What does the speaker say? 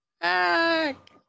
Back